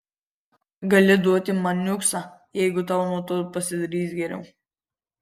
gali duoti man niuksą jeigu tau nuo to pasidarys geriau